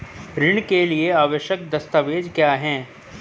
ऋण के लिए आवश्यक दस्तावेज क्या हैं?